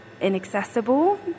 inaccessible